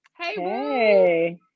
hey